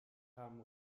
kamen